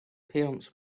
parents